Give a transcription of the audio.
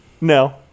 No